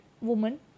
woman